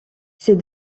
ses